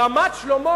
רמת-שלמה